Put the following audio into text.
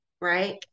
right